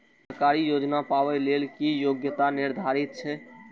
सरकारी योजना पाबे के लेल कि योग्यता निर्धारित छै?